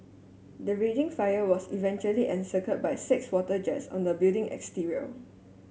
the raging fire was eventually encircled by six water jets on the building exterior